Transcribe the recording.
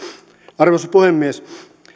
arvoisa puhemies